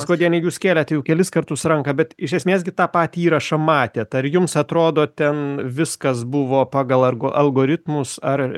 skuodiene jūs kėlėt jau kelis kartus ranką bet iš esmės gi tą patį įrašą matėt ar jums atrodo ten viskas buvo pagal argo algoritmus ar